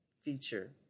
feature